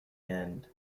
end